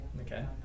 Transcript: Okay